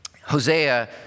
Hosea